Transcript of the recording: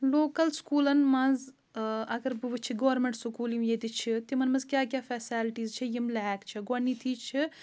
local سکوٗلَن منٛز اگر بہٕ وٕچھِ گورمٮ۪نٛٹ سکوٗل یِم ییٚتہِ چھِ تِمَن منٛز کیٛاہ کیٛاہ فیسیلٹیٖز چھےٚ یِم لیک چھےٚ گۄڈنٮ۪تھی چھِ